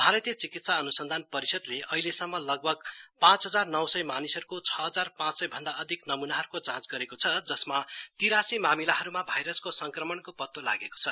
भारतीय चिकित्सा अनुसन्धान परिषदले अहिलेसम्म लगभग पाँच हजार नौ सय मानिसहरूको छ हजार पाँच सय भ्दा अधिक नमूनाहरूको जाँच गरेको छ जसमा तिरास्सी मामिलाहरूमा भाइरसको संक्रमणको पतो लागेको छ